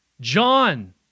John